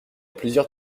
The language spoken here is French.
plusieurs